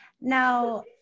Now